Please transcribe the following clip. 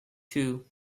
two